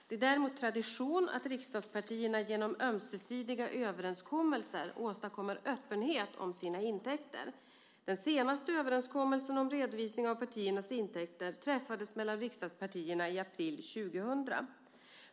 Det är däremot tradition att riksdagspartierna genom ömsesidiga överenskommelser åstadkommer öppenhet om sina intäkter. Den senaste överenskommelsen om redovisning av partiernas intäkter träffades mellan riksdagspartierna i april 2000.